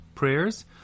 Prayers